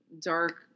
dark